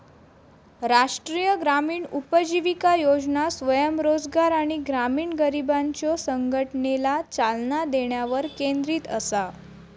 राष्ट्रीय ग्रामीण उपजीविका योजना स्वयंरोजगार आणि ग्रामीण गरिबांच्यो संघटनेला चालना देण्यावर केंद्रित असा